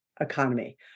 economy